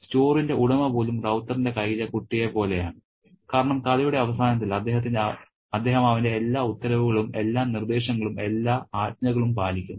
സ്റ്റോറിന്റെ ഉടമ പോലും റൌത്തറിന്റെ കൈയിലെ കുട്ടിയെപ്പോലെയാണ് കാരണം കഥയുടെ അവസാനത്തിൽ അദ്ദേഹം അവന്റെ എല്ലാ ഉത്തരവുകളും എല്ലാ നിർദ്ദേശങ്ങളും എല്ലാ ആജ്ഞകളും പാലിക്കുന്നു